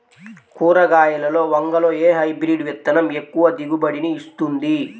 కూరగాయలలో వంగలో ఏ హైబ్రిడ్ విత్తనం ఎక్కువ దిగుబడిని ఇస్తుంది?